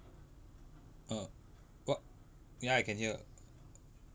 ah what ya I can hear